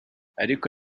ariko